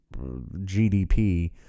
GDP